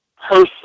person